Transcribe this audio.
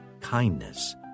kindness